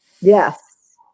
Yes